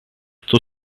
two